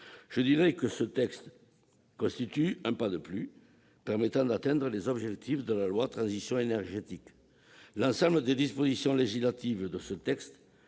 je dirai que ce texte constitue un pas de plus permettant d'atteindre les objectifs de la loi relative à la transition énergétique. L'ensemble des dispositions législatives de ce texte